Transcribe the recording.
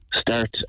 start